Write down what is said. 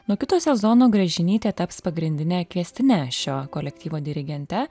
nuo kito sezono gražinytė taps pagrindine kviestine šio kolektyvo dirigente